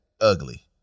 ugly